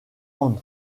han